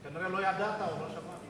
כנראה לא ידעת או לא שמעת.